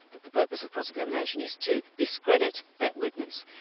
that the purpose of cross-examination is to discredit that witness,